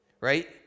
right